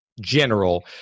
general